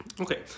Okay